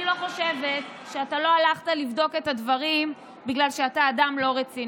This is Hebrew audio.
אני לא חושבת שאתה לא הלכת לבדוק את הדברים בגלל שאתה אדם לא רציני,